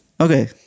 Okay